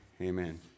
amen